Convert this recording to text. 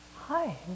hi